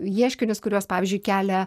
ieškinius kurios pavyzdžiui kelia